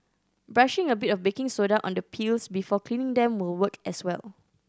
brushing a bit of baking soda on the peels before cleaning them will work as well